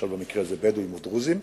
למשל במקרה הזה בדואים או דרוזים,